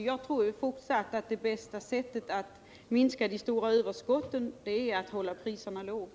Jag tror därför fortfarande att det bästa sättet att minska de stora överskotten är att hålla priserna låga.